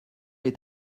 est